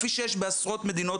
כפי שיש בעשרות מדינות,